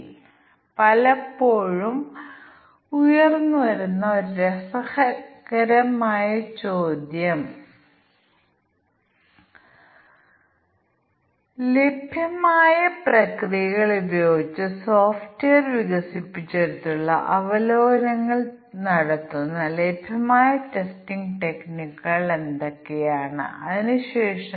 കൂടാതെ തീരുമാന പട്ടിക രൂപീകരിക്കുമ്പോൾ ഒരേ കോമ്പിനേഷനായി രണ്ട് പ്രവർത്തനങ്ങൾ ഉണ്ടെന്ന് ഞങ്ങൾ ഉറപ്പുവരുത്തേണ്ടതുണ്ട് അതിനാൽ ഒരേ കോമ്പിനേഷൻ രണ്ട് വ്യത്യസ്ത ടെസ്റ്റ് കേസുകൾക്ക് കാരണമാകുമെന്നത് അസാധ്യമാണ് തുടർന്ന് തീരുമാന പട്ടിക തയ്യാറാക്കുന്നതിൽ ഞങ്ങൾക്ക് എന്തോ കുഴപ്പമുണ്ട്